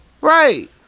Right